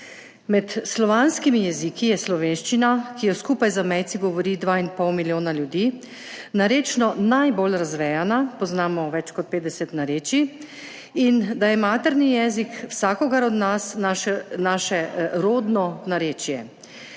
Med slovanskimi jeziki je slovenščina, ki jo skupaj z zamejci govori dva in pol milijona ljudi, narečno najbolj razvejana, poznamo več kot 50 narečij, in da je materni jezik vsakogar od nas naše rodno narečje.